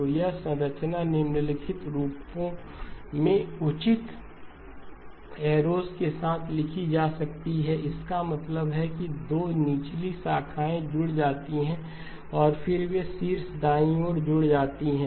तो यह संरचना निम्नलिखित रूपों में उचित एरोस के साथ लिखी जा सकती है इसका मतलब है कि 2 निचली शाखाएं जुड़ जाती हैं और फिर वे शीर्ष दाईं ओर जुड़ जाती हैं